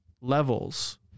levels